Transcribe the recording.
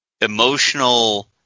emotional